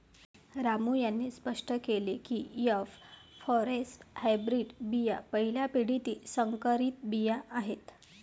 रामू यांनी स्पष्ट केले की एफ फॉरेस्ट हायब्रीड बिया पहिल्या पिढीतील संकरित बिया आहेत